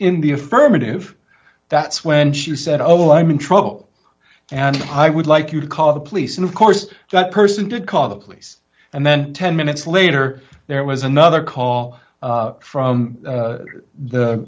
in the affirmative that's when she said oh i'm in trouble and i would like you to call the police and of course that person did call the police and then ten minutes later there was another call from the the